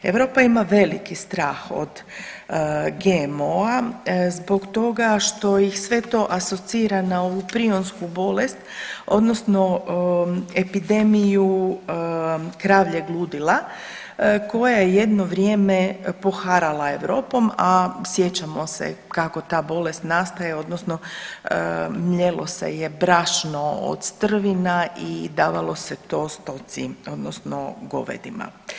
Europa ima veliki strah od GMO-a zbog toga što ih sve to asocira na ovu prionsku bolest odnosno epidemiju kravljeg ludila koja je jedno vrijeme poharala Europom, a sjećamo se kako ta bolest nastaje odnosno mljelo se je brašno od strvina i davalo se to stoci odnosno govedima.